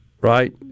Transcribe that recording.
right